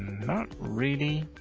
not really.